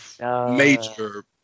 major